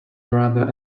rather